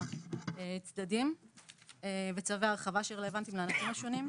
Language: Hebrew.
הצדדים וצווי הרחבה שרלוונטיים לאנשים השונים,